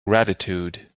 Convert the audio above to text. gratitude